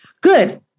Good